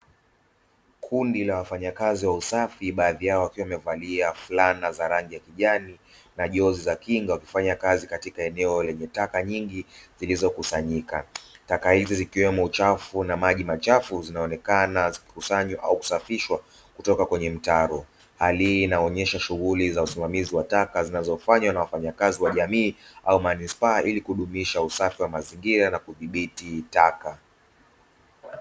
Kundi la wafanyakazi wa usafi baadhi yao wakiwa wamevalia fulana za rangi ya kijani na jozi za kinga, wakifanya kazi katika eneo lenye taka nyingi zilizokusanyika taka hizi zikiwemo uchafu na maji machafu, zinaonekana ziki kusanywa au kusafishwa kutoka kwenye mtaro, hali hii inaonyesha shughuli za usimamizi wa taka zinazofanywa na wafanyakazi wa jamii au manispaa ili kudumisha usafi wa mazingira na kudhibiti taka.